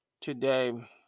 today